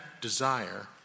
desire